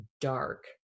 dark